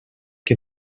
que